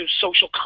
social